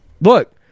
look